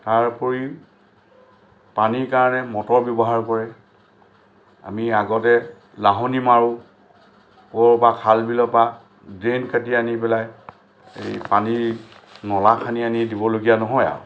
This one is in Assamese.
তাৰ উপৰি পানীৰ কাৰণে মটৰ ব্যৱহাৰ কৰে আমি আগতে লাহনি মাৰোঁ ক'ৰবাৰ পৰা খাল বিলৰ পৰা ড্ৰেইন কাটি আনি পেলাই এই পানী নলা খান্দি দিবলগীয়া নহয় আৰু